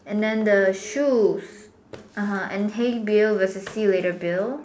and then the shoes (uh huh) and hay bail versus sea litter bail